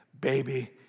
Baby